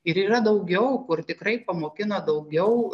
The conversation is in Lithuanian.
ir yra daugiau kur tikrai pamokina daugiau